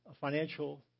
financial